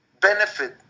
benefit